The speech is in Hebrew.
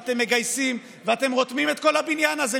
אתם מגייסים ואתם רותמים את כל הבניין הזה,